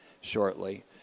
shortly